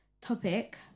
topic